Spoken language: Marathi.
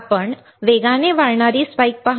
आपण वेगाने वाढणारी स्पाइक पहा